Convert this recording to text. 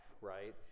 right